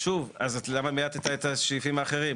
שוב, אז למה מיעטת את הסעיפים האחרים.